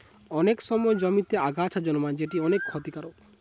অনেক সময় জমিতে আগাছা জন্মায় যেটি অনেক ক্ষতিকারক